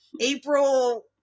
April